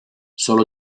solo